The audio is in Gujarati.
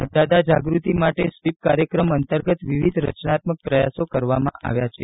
મતદાતા જાગ્રતિ માટે સ્વીપ કાર્યક્રમ અંતર્ગત વિવિધ રચનાત્મક પ્રયાસો કરવામાં આવ્યા છે